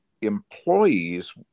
employees